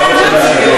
טעות של האקדמיה.